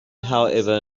however